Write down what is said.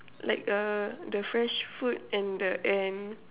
like uh the fresh food and the N